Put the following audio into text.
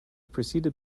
preceded